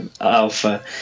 alpha